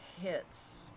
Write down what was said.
hits